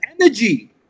energy